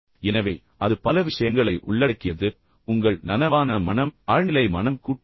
எனவே அது பல விஷயங்களை உள்ளடக்கியது உங்கள் நனவான மனம் ஆழ்நிலை மனம் கூட்டு மனம்